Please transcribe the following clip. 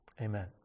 amen